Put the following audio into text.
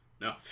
No